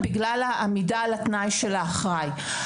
בגלל העמידה של התנאי של האחראי.